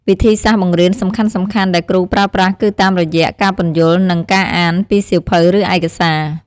វិធីសាស្ត្របង្រៀនសំខាន់ៗដែលគ្រូប្រើប្រាស់គឺតាមរយៈ ការពន្យល់ និង ការអាន ពីសៀវភៅ ឬឯកសារ។